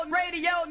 radio